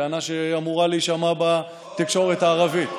זו טענה שאמורה להישמע בתקשורת הערבית.